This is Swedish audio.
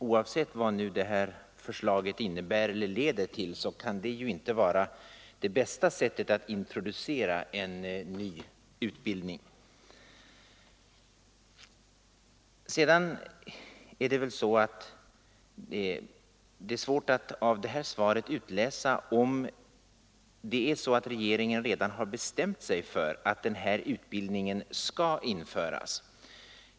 Oavsett vad det här förslaget innebär eller leder till kan det inte vara det bästa sättet att introducera en ny utbildning. Det är svårt att av det svar som vi fått här i dag utläsa om det är så att regeringen bestämt sig för att denna utbildning skall införas.